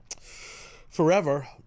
forever